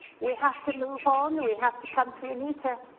we have to move on, we have to come to a neater